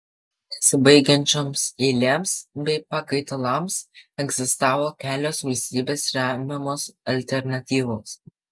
nesibaigiančioms eilėms bei pakaitalams egzistavo kelios valstybės remiamos alternatyvos